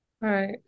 Right